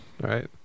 Right